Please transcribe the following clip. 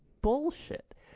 bullshit